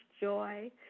joy